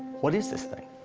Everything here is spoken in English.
what is this thing?